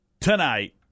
tonight